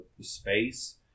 space